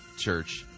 church